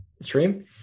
stream